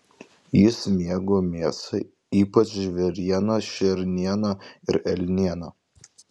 jis mėgo mėsą ypač žvėrieną šernieną ir elnieną